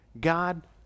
God